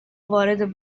وارد